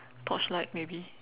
torchlight maybe